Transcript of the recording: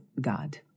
God